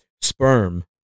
sperm